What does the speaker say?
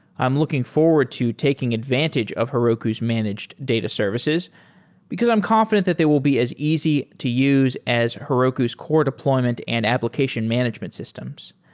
i'm looking forward to taking advantage of heroku's managed data services because i'm confident that they will be as easy to use as heroku's core deployment and application management systems.